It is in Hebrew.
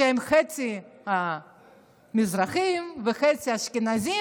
שהם חצי מזרחים וחצי אשכנזים,